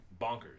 bonkers